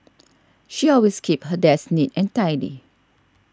she always keeps her desk neat and tidy